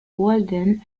walden